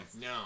No